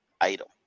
item